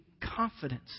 confidence